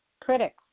critics